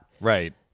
Right